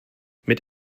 mit